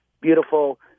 beautiful